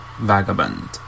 vagabond